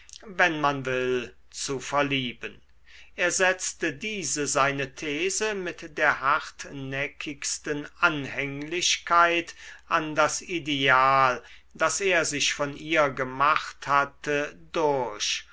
wenn man will zu verlieben er setzte diese seine these mit der hartnäckigsten anhänglichkeit an das ideal das er sich von ihr gemacht hatte durch